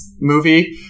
movie